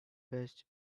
best